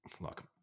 look